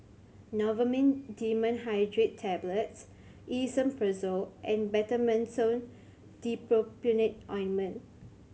Novomin Dimenhydrinate Tablets Esomeprazole and Betamethasone Dipropionate Ointment